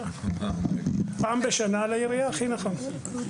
פעם בשנה לעירייה, הכי נכון.